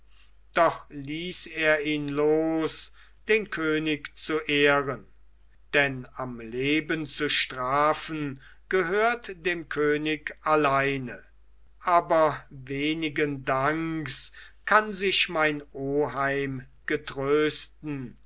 doch ließ er ihn los den könig zu ehren denn am leben zu strafen gehört dem könig alleine aber wenigen danks kann sich mein oheim getrösten